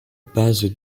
base